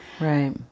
Right